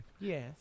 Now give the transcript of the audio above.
Yes